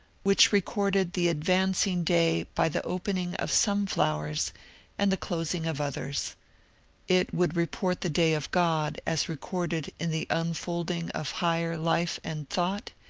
which recorded the advancing day by the opening of some flowers and the closing of others it would report the day of god as recorded in the unfolding of higher life and thought,